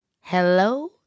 Hello